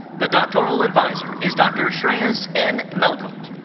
the doctoral adviser is dr. shreyes n. melkote.